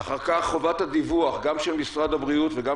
אחר כך חובת הדיווח גם של משרד הבריאות וגם